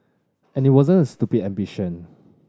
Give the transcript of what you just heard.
and it wasn't a stupid ambition